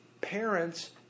parents